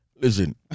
Listen